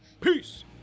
Peace